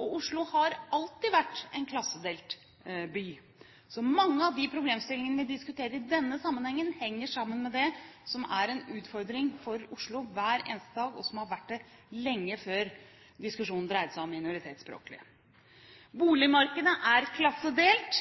og Oslo har alltid vært en klassedelt by. Så mange av de problemstillingene vi diskuterer i denne sammenheng, henger sammen med det som er en utfordring for Oslo hver eneste dag, og som har vært det lenge før diskusjonen dreide seg om minoritetsspråklige. Boligmarkedet er klassedelt,